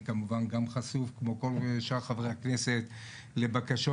אני כמובן גם חשוף כמו שאר חברי הכנסת לבקשות